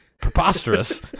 Preposterous